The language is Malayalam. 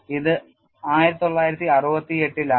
ഇത് 1968 ലായിരുന്നു